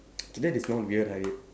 that is not weird Harid